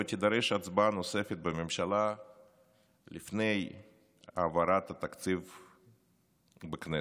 ותידרש הצבעה נוספת בממשלה לפני העברת התקציב בכנסת.